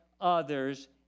others